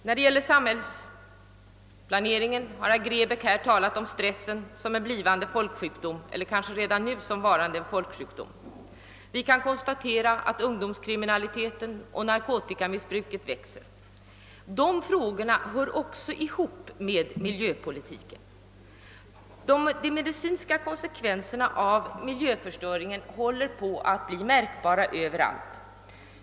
När det gäller samhällsplaneringen har herr Grebäck talat om stressen som en folksjukdom, och vi kan också konstatera att ungdomskriminaliteten och narkotikamissbruket växer. De frågorna hör också ihop med miljöpolitiken. De medicinska konsekvenserna av miljöförstöringen håller på att bli märkbara överallt.